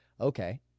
okay